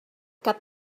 cap